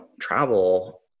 travel